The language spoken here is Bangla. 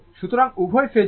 সুতরাং উভয়ই ফেজে রয়েছে